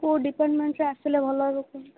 କେଉଁ ଡିପାର୍ଟମେଣ୍ଟରେ ଆସିଲେ ଭଲ ହେବ କୁହନ୍ତୁ